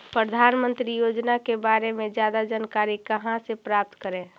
प्रधानमंत्री योजना के बारे में जादा जानकारी कहा से प्राप्त करे?